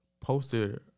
posted